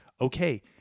okay